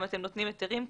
אם אתם נותנים היתרים כאלה,